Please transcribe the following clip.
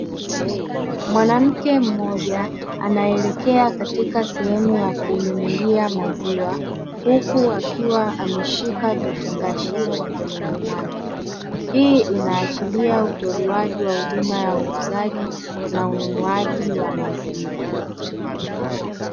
Mwanamke mmoja anaelekea katika sehemu ya kununulia maziwa huku akiwa ameshika vifungashio mkononi mwake. Hii inaashiria utolewaji wa huduma ya uuzaji na ununuaji wa maziwa.